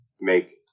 make